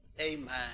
Amen